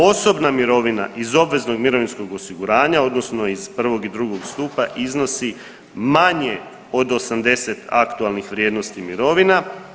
Osobna mirovina iz obveznog mirovinskog osiguranja odnosno iz 1. i 2. stupa iznosi manje od 80 aktualnih vrijednosti mirovina.